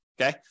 Okay